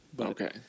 Okay